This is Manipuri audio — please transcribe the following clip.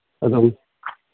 ꯑꯗꯨꯝ